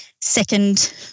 second